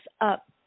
up